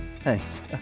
Thanks